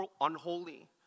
unholy